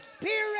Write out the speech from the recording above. Period